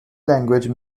language